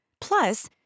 Plus